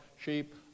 sheep